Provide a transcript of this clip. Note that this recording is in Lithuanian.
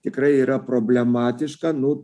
tikrai yra problematiška nu